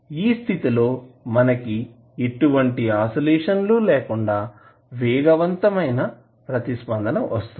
ఈ స్థితిలో మనకు ఎటువంటి ఆసిలేషన్ లు లేకుండా వేగవంతమైన ప్రతిస్పందన వస్తుంది